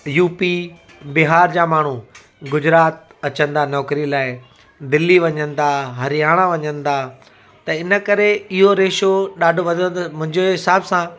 UP Bihar जा माण्हू गुजरात अचनि था नौकिरीअ लाइ दिल्ली वञनि था हरियाणा वञनि था त हिनकरे इहो रेशो ॾाढो वधंदो मुंहिंजे हिसाबु सां